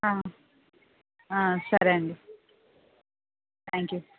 సరే అండి thank you